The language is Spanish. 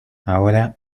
ahora